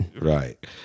right